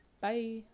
Bye